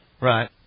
Right